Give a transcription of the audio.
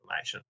information